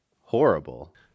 horrible